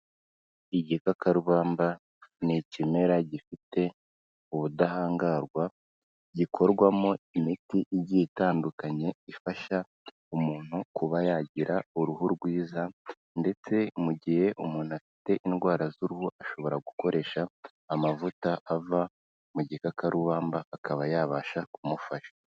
Igikakarubamba ni ikimera gifite ubudahangarwa, gikorwamo imiti igiye itandukanye ifasha umuntu kuba yagira uruhu rwiza ndetse mu gihe umuntu afite indwara z'uruhu ashobora gukoresha amavuta ava mu gikakarubamba akaba yabasha kumufasha.